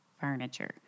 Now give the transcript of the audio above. furniture